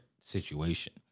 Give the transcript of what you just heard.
situation